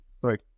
sorry